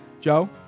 Joe